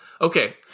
Okay